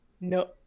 no